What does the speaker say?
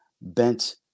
bent